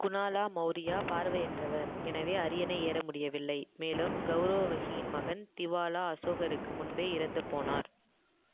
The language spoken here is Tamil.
குணாலா மௌரியா பார்வையற்றவர் எனவே அரியணை ஏற முடியவில்லை மேலும் கவுரவகியின் மகன் திவாலா அசோகருக்கு முன்பே இறந்துப்போனார்